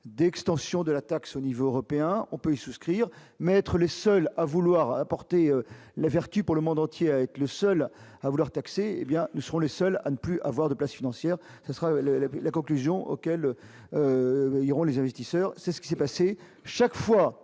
d'extension de la taxe au niveau européen, on peut y souscrire mais être les seuls à vouloir apporter la vertu pour le monde entier a été le seul à vouloir taxer, hé bien nous serons les seuls à ne plus avoir de place financière, ce sera le début de la conclusion auquel iront les investisseurs, c'est ce qui s'est passé, chaque fois,